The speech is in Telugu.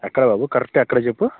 ఎక్కడ బాబు కరెక్ట్ ఎక్కడ చెప్పు